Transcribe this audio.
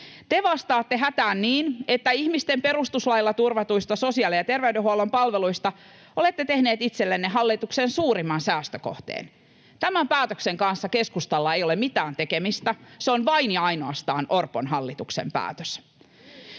Te vastaatte hätään niin, että ihmisten perustuslailla turvatuista sosiaali- ja terveydenhuollon palveluista olette tehneet itsellenne hallituksen suurimman säästökohteen. Tämän päätöksen kanssa keskustalla ei ole mitään tekemistä. Se on vain ja ainoastaan Orpon hallituksen päätös.